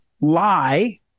lie